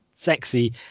sexy